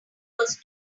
was